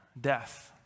death